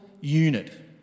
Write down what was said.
unit